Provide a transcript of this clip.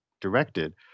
directed